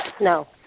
No